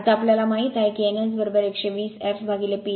आता आम्हाला माहित आहे की n S120 fP